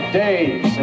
days